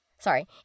Sorry